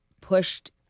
pushed